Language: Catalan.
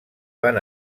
van